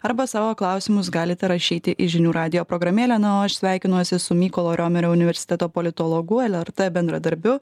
arba savo klausimus galite rašyti į žinių radijo programėlę na o aš sveikinuosi su mykolo riomerio universiteto politologu lrt bendradarbiu